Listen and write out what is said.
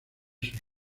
sus